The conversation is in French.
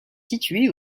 situé